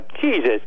Jesus